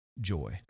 joy